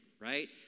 right